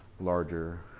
larger